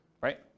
right